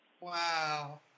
Wow